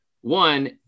one